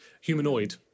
Humanoid